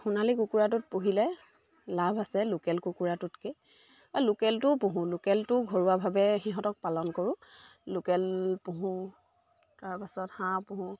সোণালী কুকুৰাটোত পুহিলে লাভ আছে লোকেল কুকুৰাটোতকৈ লোকেলটোও পোহোঁ লোকেলটো ঘৰুৱাভাৱে সিহঁতক পালন কৰোঁ লোকেল পোহোঁ তাৰপাছত হাঁহ পোহোঁ